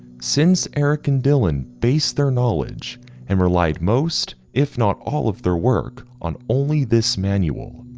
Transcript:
since eric and dylan based their knowledge and relied most, if not all of their work on only this manual.